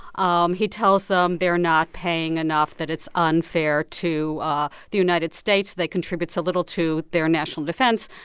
um he tells them they're not paying enough, that it's unfair to ah the united states that they contribute so little to their national defense.